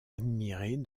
admiré